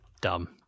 dumb